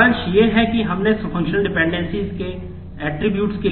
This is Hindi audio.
सारांश यह है कि हमने फंक्शनल डिपेंडेंसी को